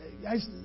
guys